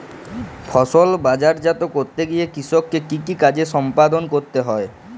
ফসল বাজারজাত করতে গিয়ে কৃষককে কি কি কাজ সম্পাদন করতে হয়?